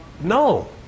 No